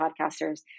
podcasters